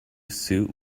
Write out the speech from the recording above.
suit